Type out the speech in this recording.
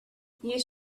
you